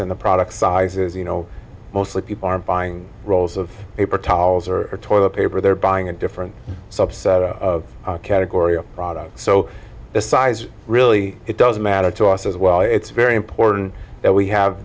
and the product sizes you know mostly people are buying rolls of paper towels or toilet paper they're buying a different subset of category a product so the size really it doesn't matter to us as well it's very important that we have